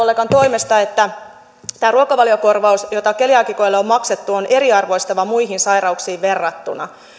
edustajakollegan toimesta että tämä ruokavaliokorvaus jota keliaakikoille on maksettu on eriarvoistava muihin sairauksiin verrattuna